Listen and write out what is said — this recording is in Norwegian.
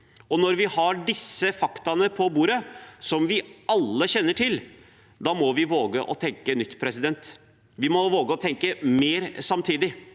Når vi har disse faktaene på bordet, som vi alle kjenner til, da må vi våge å tenke nytt. Vi må våge å tenke mer samtidig.